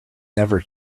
never